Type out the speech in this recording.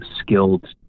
skilled